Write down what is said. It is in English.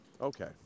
Okay